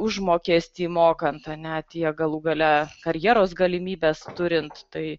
užmokestį mokant ar ne tiek galų gale karjeros galimybes turint tai